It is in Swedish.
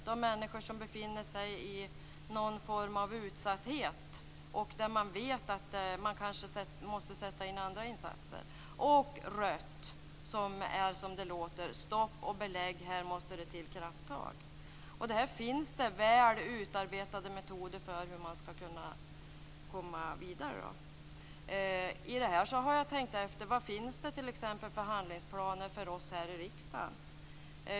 Det är människor som befinner sig i någon form av utsatthet, och det kan behövas andra insatser. Rött betyder stopp och belägg, här behövs det krafttag. Det finns väl utarbetade metoder för att komma vidare. Jag har t.ex. undrat vad det finns för handlingsplaner för oss i riksdagen.